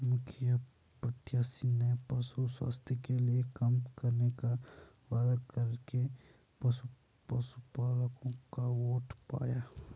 मुखिया प्रत्याशी ने पशु स्वास्थ्य के लिए काम करने का वादा करके पशुपलकों का वोट पाया